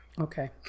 Okay